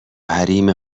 حریم